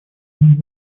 над